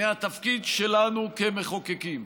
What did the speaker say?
מהתפקיד שלנו כמחוקקים.